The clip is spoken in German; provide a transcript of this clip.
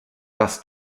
das